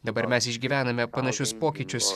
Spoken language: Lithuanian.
dabar mes išgyvename panašius pokyčius